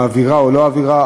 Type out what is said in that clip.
אווירה או לא-אווירה,